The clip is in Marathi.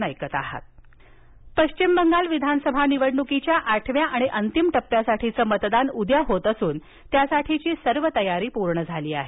पश्चिम बंगाल पश्विम बंगाल विधानसभा निवडणुकीच्या आठव्या आणि अंतिम टप्प्यासाठीचं मतदान उद्या होत असून त्यासाठीची सर्व तयारी पूर्ण झाली आहे